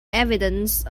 evidence